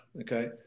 Okay